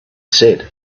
said